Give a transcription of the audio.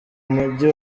umujyi